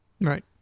Right